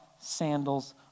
sandals